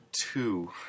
two